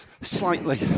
Slightly